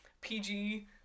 PG